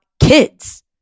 kids